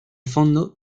fondo